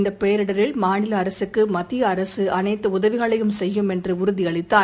இந்த பேரிடரில் மாநில அரசுக்கு மத்திய அரசு அனைத்து உதவிகளையும் செய்யும் என்று உறுதியளித்தார்